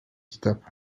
kitap